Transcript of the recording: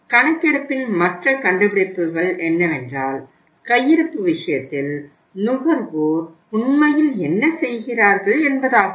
கணக்கெடுப்பின் மற்ற கண்டுபிடிப்புகள் என்னவென்றால் கையிருப்பு விஷயத்தில் நுகர்வோர் உண்மையில் என்ன செய்கிறார்கள் என்பதாகும்